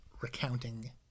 recounting